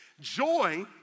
Joy